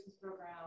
program